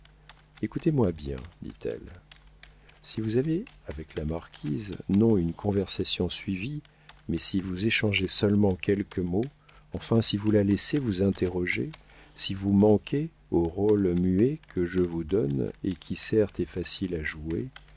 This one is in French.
écoutez-moi bien dit-elle si vous avez avec la marquise non une conversation suivie mais si vous échangez seulement quelques mots enfin si vous la laissez vous interroger si vous manquez au rôle muet que je vous donne et qui certes est facile à jouer